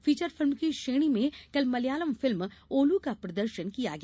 feature film की श्रेणी में आज मल्यालम फिल्म ओलू का प्रदर्शन किया गया